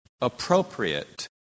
appropriate